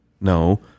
No